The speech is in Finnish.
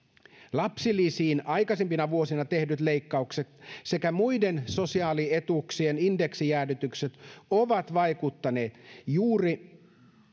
lapsilisiin aikaisempina vuosina tehdyt leikkaukset sekä muiden sosiaalietuuksien indeksijäädytykset ovat vaikuttaneet juuri